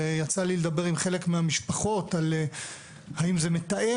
ויצא לי לדבר עם חלק מהמשפחות על האם זה מתאם